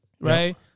right